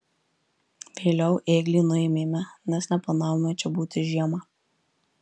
vėliau ėglį nuėmėme nes neplanavome čia būti žiemą